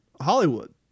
hollywood